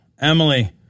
Emily